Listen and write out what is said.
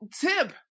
tip